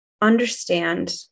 understand